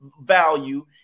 value